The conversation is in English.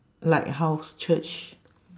lighthouse church